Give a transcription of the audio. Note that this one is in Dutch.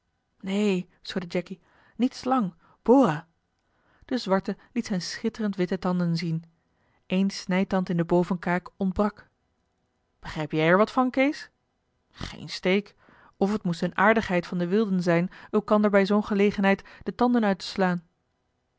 schudde jacky niet slang bora de zwarte liet zijn schitterend witte tanden zien eén snijtand in de bovenkaak ontbrak begrijp jij er wat van kees geen steek of het moest eene aardigheid van de wilden zijn elkander bij zoo'n gelegenheid de tanden uit te slaan